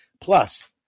plus